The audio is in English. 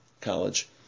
college